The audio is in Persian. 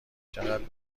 چقد